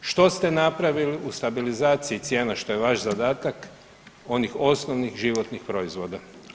Što ste napravili u stabilizaciji cijena što je vaš zadatak onih osnovnih životnih proizvoda?